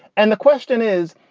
and the question is,